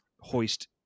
hoist